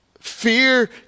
Fear